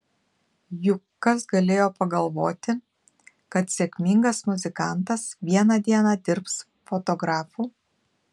juk kas galėjo pagalvoti kad sėkmingas muzikantas vieną dieną dirbs fotografu